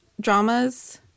dramas